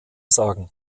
sagen